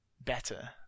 better